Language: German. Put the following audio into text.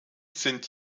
sind